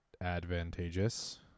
advantageous